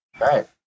right